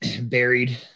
buried